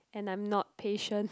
and I'm not patient